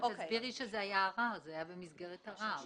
תסבירי שזה היה במסגרת ערר.